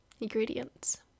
ingredients